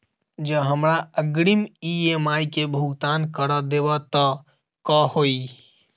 जँ हमरा अग्रिम ई.एम.आई केँ भुगतान करऽ देब तऽ कऽ होइ?